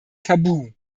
tabu